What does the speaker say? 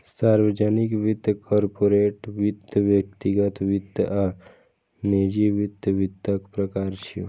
सार्वजनिक वित्त, कॉरपोरेट वित्त, व्यक्तिगत वित्त आ निजी वित्त वित्तक प्रकार छियै